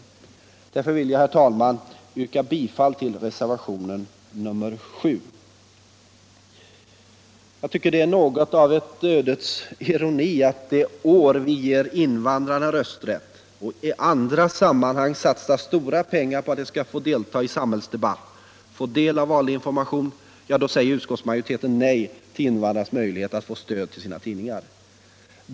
Mot denna bakgrund vill jag, herr talman, yrka bifall till reservationen FÅ Jag tycker det är något av en ödets ironi att det år vi ger invandrarna rösträtt och i andra sammanhang satsar stora pengar på att de skall få delta i samhällsdebatt och få del av valinformation, då säger utskottsmajoriteten nej till invandrarnas möjlighet att få stöd till sina tidningar.